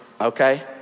okay